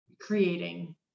creating